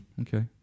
Okay